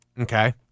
Okay